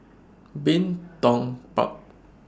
Bin Tong Park